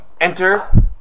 Enter